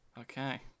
Okay